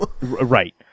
Right